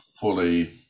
fully